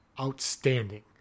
outstanding